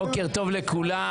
בוקר טוב לכולם.